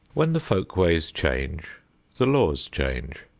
when the folk-ways change the laws change,